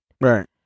right